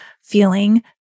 feeling